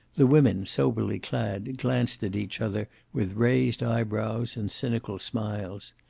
the women, soberly clad, glanced at each other with raised eye-brows and cynical smiles.